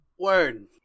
Word